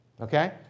Okay